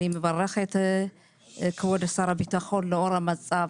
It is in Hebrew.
אני מברכת את כבוד שר הביטחון,